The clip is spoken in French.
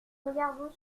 regardons